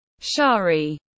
Shari